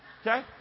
Okay